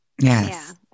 Yes